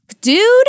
dude